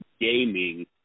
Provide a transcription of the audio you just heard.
gaming